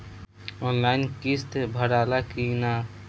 Online किस्त भराला कि ना?